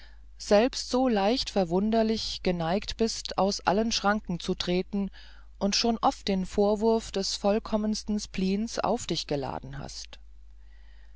selbst so leicht verwundlich geneigt bist aus allen schranken zu treten und schon oft den vorwurf des vollkommensten spleens auf dich geladen hast